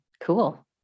Cool